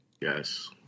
Yes